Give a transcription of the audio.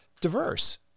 diverse